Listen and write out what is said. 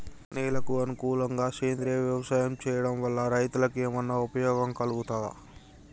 నేలకు అనుకూలంగా సేంద్రీయ వ్యవసాయం చేయడం వల్ల రైతులకు ఏమన్నా ఉపయోగం కలుగుతదా?